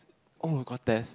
oh got test